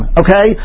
okay